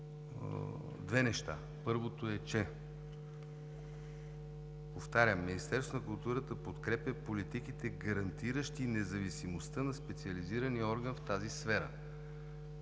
две неща. Първото е, че, повтарям, Министерството на културата подкрепя политиките, гарантиращи независимостта на специализирания орган в тази сфера.